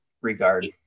regard